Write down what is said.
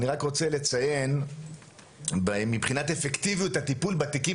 אני רק רוצה לציין מבחינת אפקטיביות הטיפול בתיקים